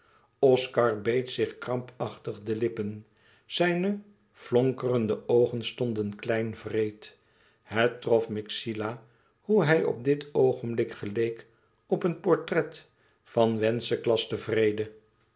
oscar beet zich krampachtig de lippen zijne flonkerende oogen stonden klein wreed het trof myxila hoe hij op dit oogenblik geleek op een portret van wenceslas den